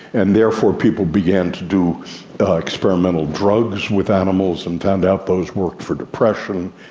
and therefore people began to do experimental drugs with animals and found out those worked for depression.